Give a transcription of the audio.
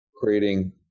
creating